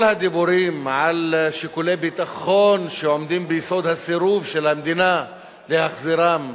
כל הדיבורים על שיקולי ביטחון שעומדים ביסוד הסירוב של המדינה להחזירם,